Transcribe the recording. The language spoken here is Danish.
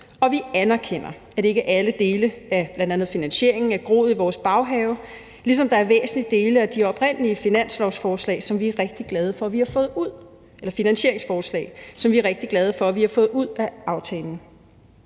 og vi anerkender som sagt, at ikke alle dele af bl.a. finansieringen er groet i vores baghave, ligesom der er væsentlige dele af de oprindelige finansieringsforslag, som vi er rigtig glade for at vi har fået ud af aftalen.